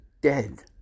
dead